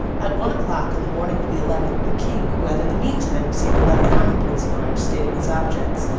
at one o'clock on the morning of the eleventh, the king, who had, in the meantime, received a letter from the prince of orange, stating his objects,